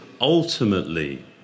ultimately